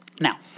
Now